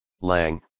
lang